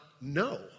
no